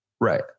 right